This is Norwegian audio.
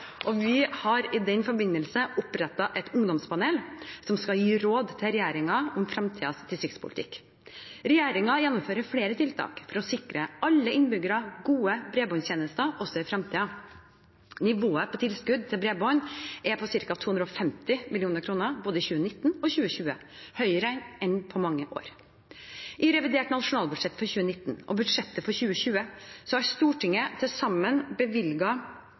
Vi har i den forbindelse opprettet et ungdomspanel som skal gi råd til regjeringen om fremtidens distriktspolitikk. Regjeringen gjennomfører flere tiltak for å sikre alle innbyggere gode bredbåndstjenester også i fremtiden. Nivået på tilskudd til bredbånd er på ca. 250 mill. kr både i 2019 og i 2020 – høyere enn på mange år. I revidert nasjonalbudsjett for 2019 og i budsjettet for 2020 har Stortinget til sammen